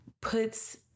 puts